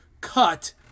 cut